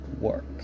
work